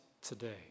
today